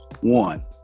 One